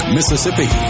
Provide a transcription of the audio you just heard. Mississippi